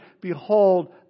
behold